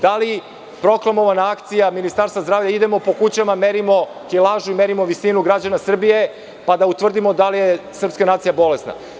Da li proklamovana akcija Ministarstva zdravlja – idemo po kućama, merimo kilažu i merimo visinu građana Srbije, pa da utvrdimo da li je srpska nacija bolesna?